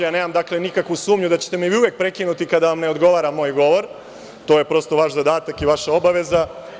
Nemam nikakvu sumnju da ćete me uvek prekinuti kada vam ne odgovara moj govor, to je prosto vaš zadatak i vaša obaveza.